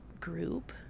group